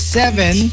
seven